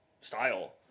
style